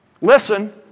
Listen